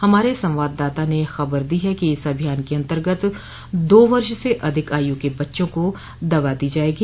हमारे संवाददाता ने खबर दी है कि इस अभियान के अंतर्गत दो वर्ष से अधिक आयु के बच्चों को दवा दी जाएगी